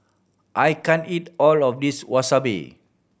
I can't eat all of this Wasabi